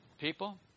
People